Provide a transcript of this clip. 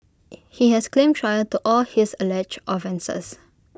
he has claimed trial to all his alleged offences